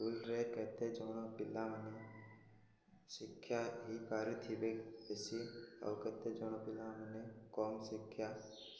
ସ୍କୁଲରେ କେତେ ଜଣ ପିଲାମାନେ ଶିକ୍ଷା ହେଇପାରୁଥିବେ ବେଶୀ ଆଉ କେତେ ଜଣ ପିଲାମାନେ କମ୍ ଶିକ୍ଷା